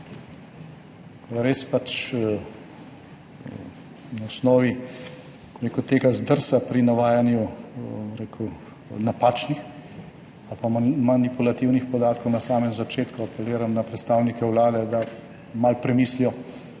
Res pa na osnovi, bom rekel, tega zdrsa pri navajanju napačnih ali pa manipulativnih podatkov na samem začetku apeliram na predstavnike vlade, da malo premislijo,